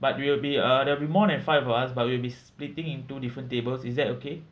but we will be uh there will be more than five of us but we'll be splitting into different tables is that okay